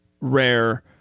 rare